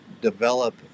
develop